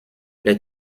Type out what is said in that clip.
les